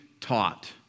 taught